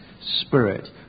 Spirit